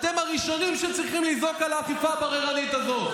אתם הראשונים שצריכים לזעוק על האכיפה הבררנית הזאת.